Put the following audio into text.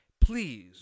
Please